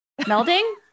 melding